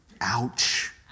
Ouch